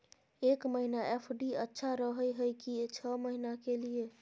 एक महीना एफ.डी अच्छा रहय हय की छः महीना के लिए?